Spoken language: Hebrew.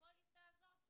הפוליסה הזאת,